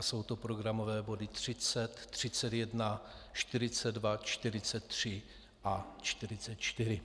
Jsou to programové body 30, 31, 42, 43 a 44.